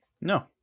no